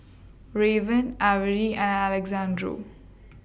Raven Avery and Alexandro